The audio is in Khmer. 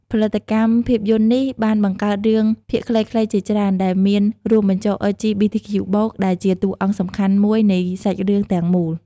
ផលិតកម្មភាពយន្តនេះ បានផលិតរឿងភាគខ្លីៗជាច្រើន ដែលមានរួមបញ្ចូល អិល ជី ប៊ី ធី ខ្ជូ បូក (LGBTQ+) ដែលជាតួអង្គសំខាន់មួយនៃសាច់រឿងទាំងមូល។